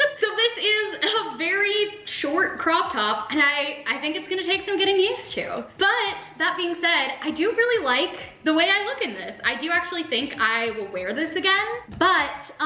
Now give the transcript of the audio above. um so this is a so very short crop top, and i i think it's gonna take some getting used to. but, that being said, i do really like the way i look in this. i do actually think i will wear this again. but,